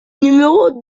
numéro